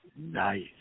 Nice